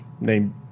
named